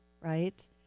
right